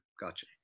gotcha